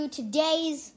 today's